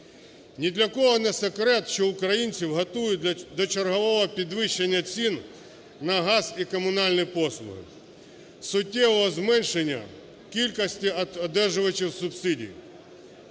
Ні для кого не секрет, що українців готують до чергового підвищення цін на газ і комунальні послуги, суттєвого зменшення кількості одержувачів субсидій.